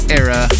era